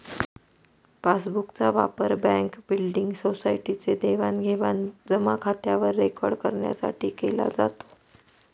passbook चा वापर bank, building, society चे देवाणघेवाण जमा खात्यावर रेकॉर्ड करण्यासाठी केला जातो